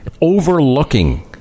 overlooking